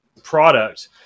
product